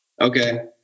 okay